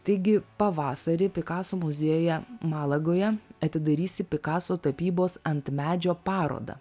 taigi pavasarį pikaso muziejuje malagoje atidarysi pikaso tapybos ant medžio parodą